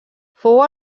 fou